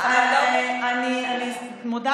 אני מזמינה אותך לראות.